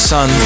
Sun